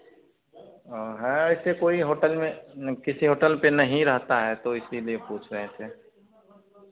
है ऐसे कोई होटल में किसी होटल पर नहीं रहता है तो इसीलिए पूछ रहे थे